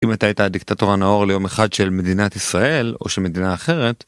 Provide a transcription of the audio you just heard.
אם אתה היית הדיקטטור הנאור ליום אחד של מדינת ישראל או של מדינה אחרת